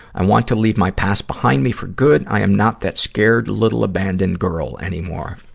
i want to leave my past behind me for good. i am not that scared, little abandoned girl anymore.